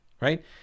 right